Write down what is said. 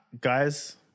Guys